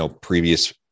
previous